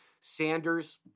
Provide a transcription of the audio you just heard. Sanders